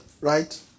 right